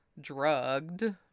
drugged